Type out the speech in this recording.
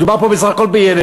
מדובר פה בסך הכול בילד.